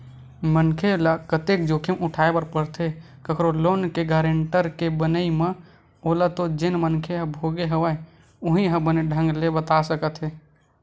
मनखे ल कतेक जोखिम उठाय बर परथे कखरो लोन के गारेंटर के बनई म ओला तो जेन मनखे ह भोगे हवय उहीं ह बने ढंग ले बता सकत हे